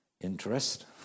interest